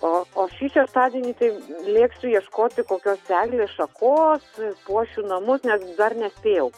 o o šį šeštadienį tai lėksiu ieškoti kokios eglės šakos puošiu namus nes dar nespėjau